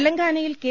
തെലങ്കാനയിൽ കെ